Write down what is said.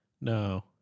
No